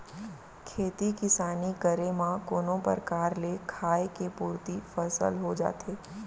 खेती किसानी करे म कोनो परकार ले खाय के पुरती फसल हो जाथे